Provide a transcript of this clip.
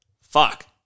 fuck